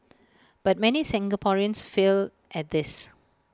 but many Singaporeans fail at this